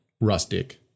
rustic